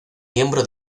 miembro